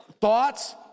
Thoughts